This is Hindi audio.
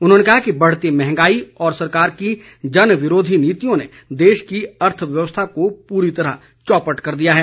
उन्होंने कहा कि बढ़ती मंहगाई और सरकार की जनविरोधी नीतियों ने देश की अर्थव्यवस्था को पूरी तरह चौपट कर दिया है